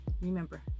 remember